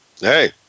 hey